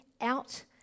out